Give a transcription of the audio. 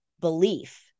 belief